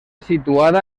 situada